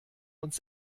uns